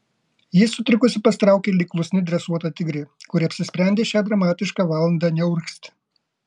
ji sutrikusi pasitraukė lyg klusni dresuota tigrė kuri apsisprendė šią dramatišką valandą neurgzti